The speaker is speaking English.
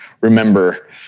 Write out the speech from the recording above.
remember